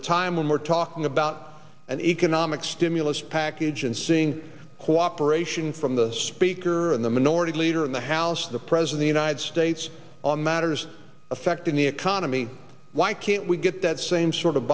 a time when we're talking about an economic stimulus package and seeing cooperation from the speaker and the minority leader in the house the president ited states on matters affecting the economy why can't we get that same sort of